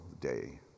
Day